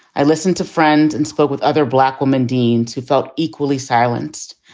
i listened to friends and spoke with other black woman deans who felt equally silenced.